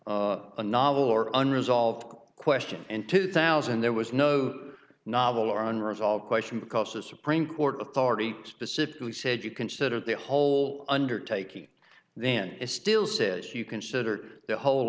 there a novel or unresolved question in two thousand there was no novel or unresolved question because the supreme court of thirty specifically said you consider the whole undertaking then it still says you consider the whole